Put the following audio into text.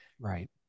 Right